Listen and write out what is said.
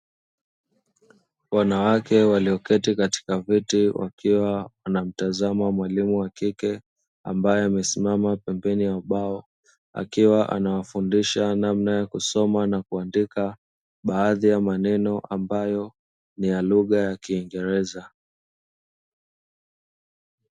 Wanawake walioketi katika viti wakiwa na wanamtazama mwalimu wa kike aliyesimama ubaoni. Akiwa anawafundisha namna ya kusoma na kuandika baadhi ya maneno ambayo ni ya lugha ya kiingereza.